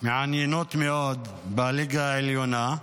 מעניינות מאוד בליגה העליונה,